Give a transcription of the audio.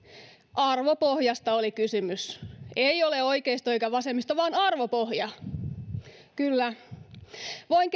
arvopohjasta oli kysymys ei ole oikeisto eikä vasemmisto vaan arvopohja kyllä voin